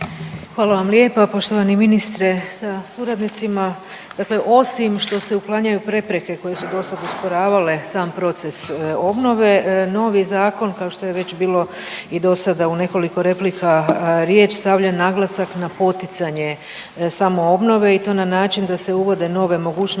Hvala vam lijepa. Poštovani ministre sa suradnicima. Dakle osim što se uklanjaju prepreke koje su do sad usporavale sam proces obnove, novi zakon kao što je već bilo i do sada u nekoliko replika riječ stavlja naglasak na poticanje samoobnove i to na način da se uvode nove mogućnosti